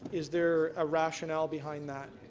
is there a rational behind that?